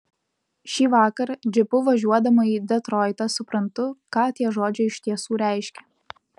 šįvakar džipu važiuodama į detroitą suprantu ką tie žodžiai iš tiesų reiškia